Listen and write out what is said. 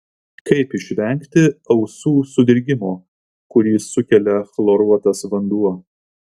kaip išvengti ausų sudirgimo kurį sukelia chloruotas vanduo